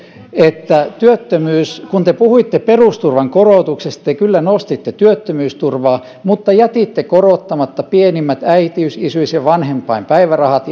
että kun te puhuitte perusturvan korotuksesta te kyllä nostitte työttömyysturvaa mutta jätitte korottamatta pienimmät äitiys isyys ja vanhempainpäivärahat